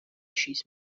šīs